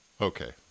Okay